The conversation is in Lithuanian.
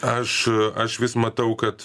aš aš vis matau kad